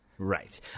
Right